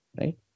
right